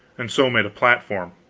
and so made a platform.